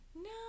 No